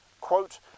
quote